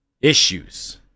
issues